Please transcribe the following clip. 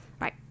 Right